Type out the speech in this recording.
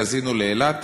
לקזינו לאילת,